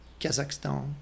Kazakhstan